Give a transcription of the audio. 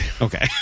Okay